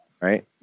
right